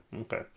okay